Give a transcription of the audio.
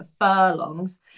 furlongs